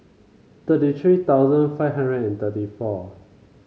thirty three five hundred and thirty four